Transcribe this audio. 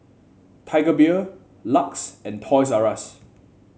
Tiger Beer Lux and Toys R Us